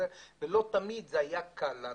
ולא תמיד זה היה לנו קל.